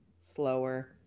slower